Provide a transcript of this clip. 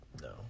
No